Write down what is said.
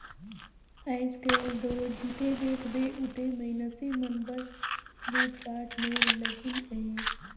आएज काएल दो जिते देखबे उते मइनसे मन बस लूटपाट में लगिन अहे